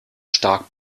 stark